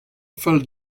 fall